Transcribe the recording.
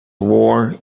war